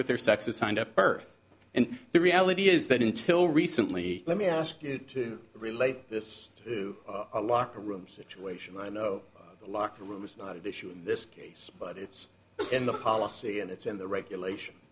with their sexes signed up birth and the reality is that until recently let me ask you to relate this to a locker room situation i know a locker room is not an issue in this case but it's in the policy and it's in the regulation